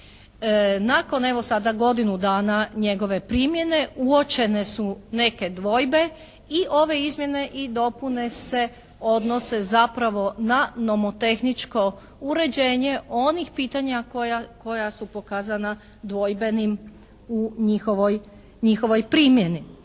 sada godinu dana njegove primjene uočene su neke dvojbe i ove izmjene i dopune se odnose zapravo na nomotehničko uređenje onih pitanja koja su pokazana dvojbenim u njihovoj primjeni.